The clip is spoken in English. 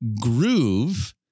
groove